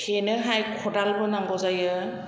थेनोहाय खदालबो नांगौ जायो